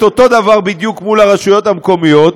אותו דבר בדיוק מול הרשויות המקומיות,